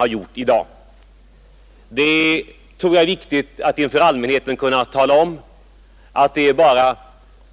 Jag tror det är viktigt att inför allmänheten kunna tala om att det bara